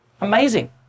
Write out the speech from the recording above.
amazing